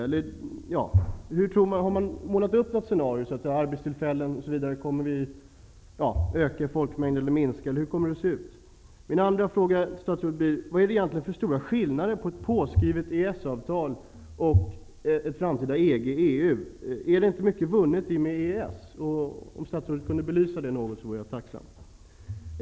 Har man målat upp något scenario när det gäller arbetstillfällen, ökad eller minskad folkmängd osv.? Hur kommer det att se ut? Min andra fråga till statsrådet blir: Vad är det egentligen för stora skillnader mellan att ha ett påskrivet EES-avtal och att i framtiden ingå i EG/EU? Är inte mycket vunnet i och med EES? Om statsrådet kunde belysa detta något vore jag tacksam.